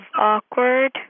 awkward